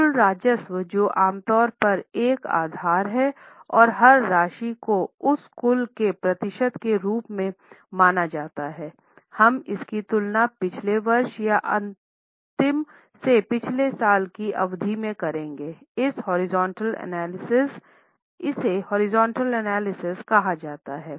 कुल राजस्व जो आम तौर पर एक आधार हैं और हर राशि को उस कुल के प्रतिशत के रूप में माना जाता है और हम इसकी तुलना पिछले वर्ष या अंतिम से पिछले साल की अवधि में करेंगे इसे हॉरिजॉन्टल एनालिसिस कहा जाता है